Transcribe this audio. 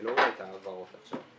אני לא רואה את העברות עכשיו.